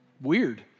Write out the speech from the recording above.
weird